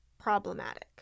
problematic